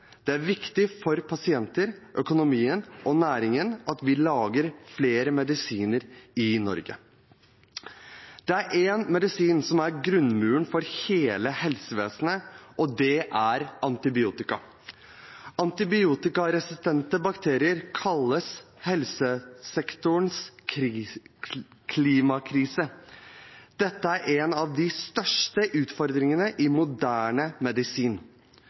Det er viktig for pasienter, økonomien og næringen at vi lager flere medisiner i Norge. Det er én medisin som er grunnmuren for hele helsevesenet, og det er antibiotika. Antibiotikaresistente bakterier kalles helsesektorens klimakrise. Dette er en av de største utfordringene i moderne medisin.